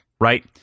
right